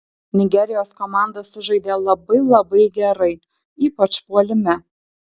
nigerijos komanda sužaidė labai labai gerai ypač puolime